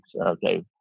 okay